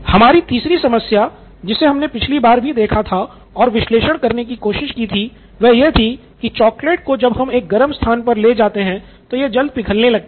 हमारी तीसरी समस्या जिसे हमने पिछली बार भी देखा था और विश्लेषण करने की कोशिश की थी वह यह थी कि चॉकलेट को जब हम एक गर्म स्थान पर ले जाते हैं तो यह जल्द पिघलने लगती है